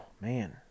man